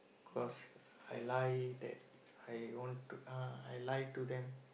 cause I lie that I want to I lie to them